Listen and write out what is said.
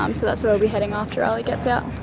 um so that's where we'll be heading after riley gets out.